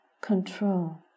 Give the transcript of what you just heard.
control